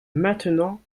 maintenant